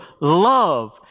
love